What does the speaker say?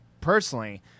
personally